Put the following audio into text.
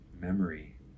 memory